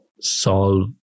solve